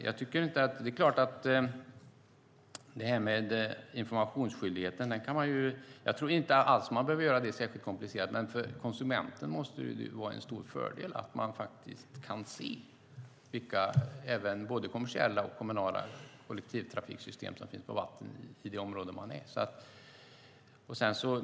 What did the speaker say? Jag tror inte alls att man behöver göra informationsskyldigheten alltför komplicerad, men för konsumenten måste det vara en stor fördel att kunna se vilka både kommersiella och kommunala kollektivtrafiksystem som finns på vatten i det område där man är.